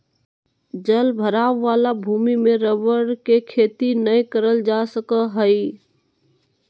जल भराव वाला भूमि में रबर के खेती नय करल जा सका हइ